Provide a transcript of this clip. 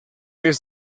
vez